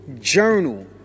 journal